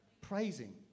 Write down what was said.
Praising